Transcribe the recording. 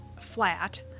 flat